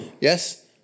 Yes